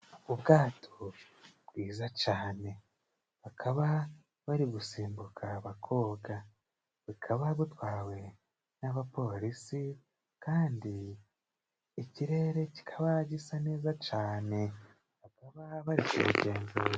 Ubwato bwiza cane bakaba bari gusimbuka bakoga, bukaba butwawe n'abapolisi kandi ikirere kikaba gisa neza cane ababa bari kugenzura.